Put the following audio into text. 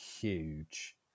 huge